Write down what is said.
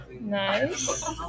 Nice